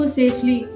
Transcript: safely